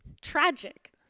tragic